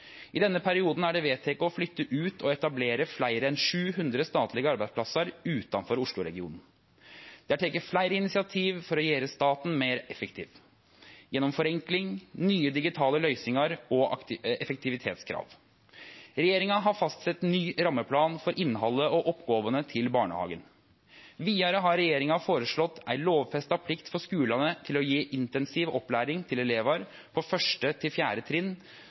I denne perioden er det vedteke å flytte ut og etablere meir enn 700 statlege arbeidsplassar utanfor Oslo-regionen. Det er teke fleire initiativ for å gjere staten meir effektiv, gjennom forenkling, nye digitale løysingar og effektivitetskrav. Regjeringa har fastsett ny rammeplan for innhaldet og oppgåvene til barnehagen. Vidare har regjeringa føreslått ei lovfesta plikt for skulane til å gje intensiv opplæring til elevar på 1. til 4. trinn